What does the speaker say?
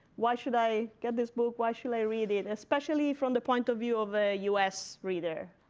why should i get this book? why shall i read it, especially from the point of view of a us reader?